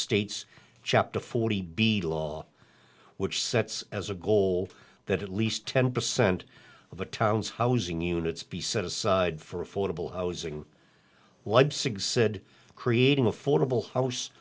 state's chapter forty b law which sets as a goal that at least ten percent of the town's housing units be set aside for affordable housing leipzig said creating affordable house